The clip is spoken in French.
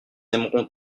aimeront